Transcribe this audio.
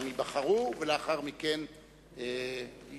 הם ייבחרו ולאחר מכן יוכתרו.